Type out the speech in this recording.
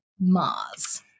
Mars